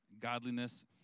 godliness